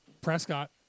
Prescott